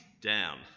down